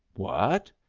what?